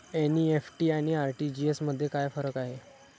NEFT आणि RTGS मध्ये काय फरक आहे?